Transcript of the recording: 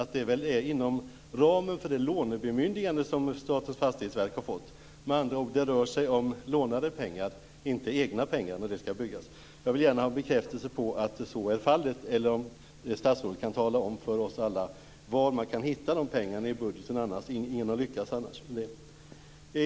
Det skall skapas inom ramen för det lånebemyndigande som Statens fastighetsverk har fått. Det rör sig med andra ord om lånade pengar och inte egna när det skall byggas. Jag vill gärna ha en bekräftelse på om så är fallet. Eller kan statsrådet tala om för oss alla var man annars kan hitta de pengarna i budgeten? Ingen har lyckats med det.